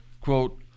quote